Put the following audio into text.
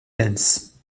dance